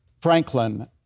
Franklin